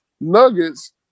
nuggets